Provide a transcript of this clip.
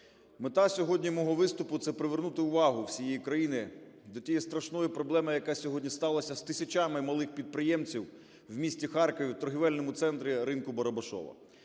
Мета сьогодні мого виступу – це привернути увагу всієї країни до тієї страшної проблеми, яка сьогодні сталася з тисячами малих підприємців у місті Харкові, у торгівельному центрі ринку "Барабашово",